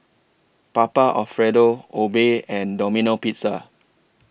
Papa Alfredo Obey and Domino Pizza